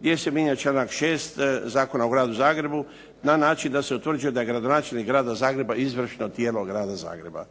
gdje se mijenja članak 6. Zakona o Gradu Zagrebu na način da se utvrđuje da je gradonačelnik Grada Zagreba izvršno tijelo Grada Zagreba.